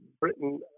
Britain